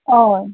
अय